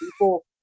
people